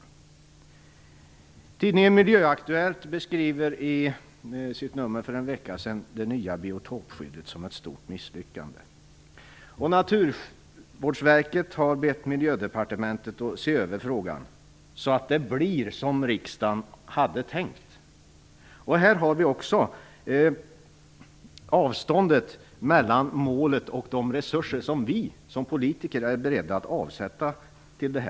I tidningen Miljöaktuellt beskrevs för en vecka sedan det nya biotopskyddet som ett stort misslyckande. Naturvårdsverket har bett Miljödepartementet att se över frågan, så att det blir som riksdagen hade tänkt. Här har vi också avståndet mellan målet och de resurser som vi politiker är beredda att avsätta till detta.